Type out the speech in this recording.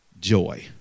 Joy